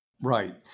Right